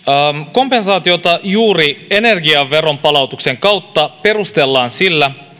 kompensaatiota juuri energiaveron palautuksen kautta perustellaan sillä